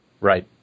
Right